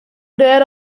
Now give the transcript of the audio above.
der